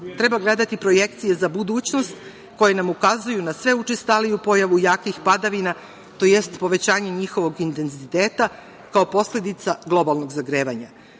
treba gledati projekcije za budućnost koje nam ukazuju na sve učestaliju pojavu jakih padavina tj. povećanje njihovog intenziteta kao posledica globalnog zagrevanja.